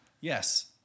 yes